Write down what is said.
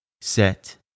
set